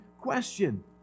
question